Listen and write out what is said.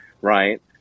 Right